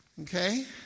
Okay